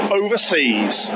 overseas